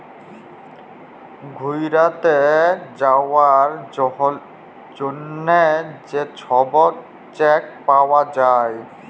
ঘ্যুইরতে যাউয়ার জ্যনহে যে ছব চ্যাক পাউয়া যায়